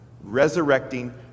resurrecting